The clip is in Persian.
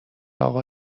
اقا